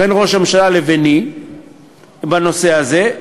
של ראש הממשלה ושלי בנושא הזה.